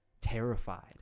terrified